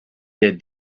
der